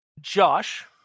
Josh